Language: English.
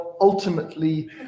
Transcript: ultimately